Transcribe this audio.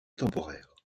temporaires